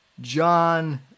John